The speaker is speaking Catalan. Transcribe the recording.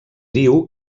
diu